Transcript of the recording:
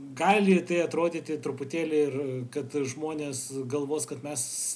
gali tai atrodyti truputėlį ir kad žmonės galvos kad mes